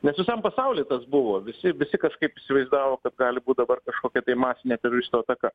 nes visam pasauly tas buvo visi visi kažkaip įsivaizdavo kaip gali būt dabar kažkokia tai masinė teroristų ataka